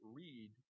read